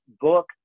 book